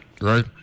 right